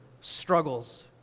struggles